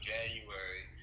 January